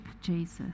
Jesus